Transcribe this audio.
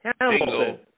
Hamilton